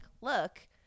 look